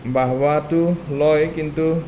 বাহঃ বাহঃটো লয় কিন্তু